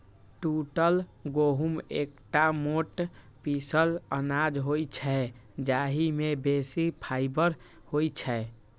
टूटल गहूम एकटा मोट पीसल अनाज होइ छै, जाहि मे बेसी फाइबर होइ छै